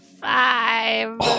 Five